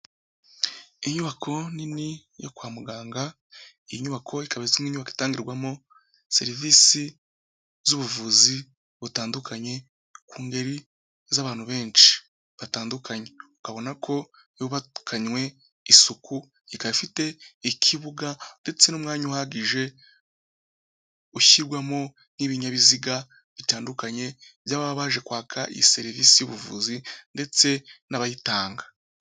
Inyubako nini yo kwa muganga, iyi nyubako ikaba izwi nk'inyubako itangirwamo serivisi, z'ubuvuzi butandukanye, ku ngeri z'abantu benshi batandukanye. Ukabona ko yubakanywe isuku, ikaba ifite ikibuga ndetse n'umwanya uhagije, ushyirwamo nk'ibinyabiziga bitandukanye, by'ababa baje kwaka iyi serivisi y'ubuvuzi ndetse n'abayitanga.